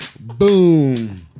Boom